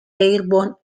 airborne